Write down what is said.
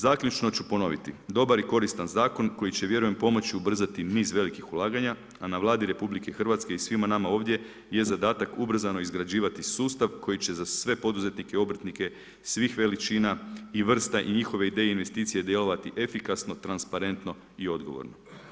Zaključno ću ponoviti, dobar i koristan zakon koji će vjerujem, pomoći ubrzati niz velikih ulaganja a na Vladi RH i svima nama ovdje je zadatak ubrzano izgrađivati sustav koji će za sve poduzetnike, obrtnike svih veličina i vrsta i njihove ideje i investicije djelovati efikasno, transparentno i odgovorno.